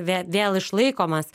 vė vėl išlaikomas